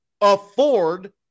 afford